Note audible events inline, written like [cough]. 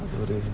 [noise]